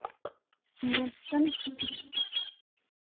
mutton खाना है